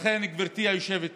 לכן, גברתי היושבת-ראש,